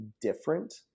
different